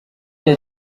rya